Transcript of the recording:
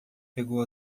pegou